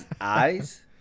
Eyes